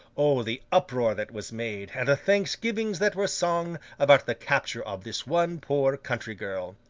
o the uproar that was made, and the thanksgivings that were sung, about the capture of this one poor country-girl!